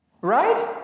Right